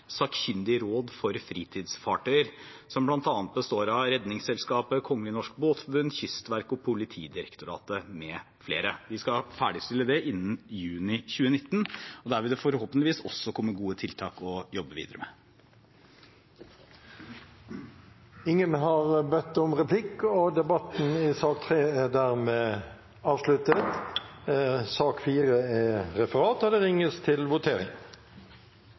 Sakkyndig råd for fritidsfartøy, som bl.a. består av Redningsselskapet, Kongelig Norsk Båtforbund, Kystverket og Politidirektoratet, med flere. De skal ferdigstille det innen juni 2019, og der vil det forhåpentligvis også komme gode tiltak å jobbe videre med. Flere har ikke bedt om ordet til sak nr. 3. Stortinget er dermed klar til å gå til votering. Under debatten er det satt fram to forslag. Det